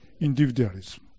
individualism